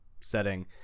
setting